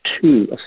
two